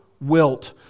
wilt